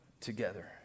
together